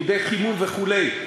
דודי חימום וכו',